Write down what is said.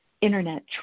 Internet